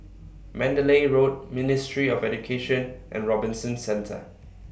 Mandalay Road Ministry of Education and Robinson Centre